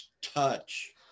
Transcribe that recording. touch